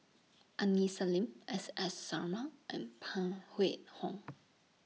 Aini Salim S S Sarma and Phan Hong